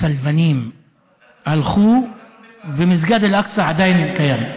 הצלבנים הלכו ומסגד אל-אקצא עדיין קיים,